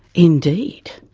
indeed,